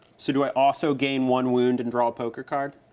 so do i also gain one wound and draw a poker card?